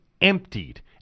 emptied